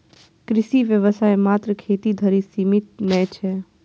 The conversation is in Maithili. कृषि व्यवसाय मात्र खेती धरि सीमित नै छै